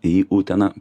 į uteną